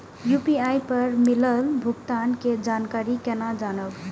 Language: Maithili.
यू.पी.आई पर मिलल भुगतान के जानकारी केना जानब?